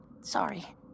sorry